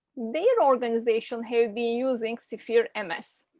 their organization has been using sphere mess,